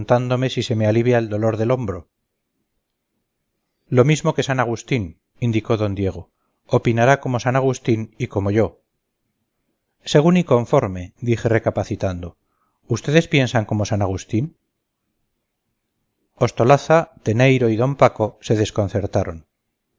si se me alivia el dolor del hombro lo mismo que san agustín indicó don diego opinará como san agustín y como yo según y conforme dije recapacitando ustedes piensan como san agustín ostolaza teneyro y d paco se desconcertaron